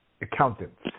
accountants